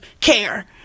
care